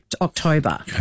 october